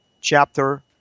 chapter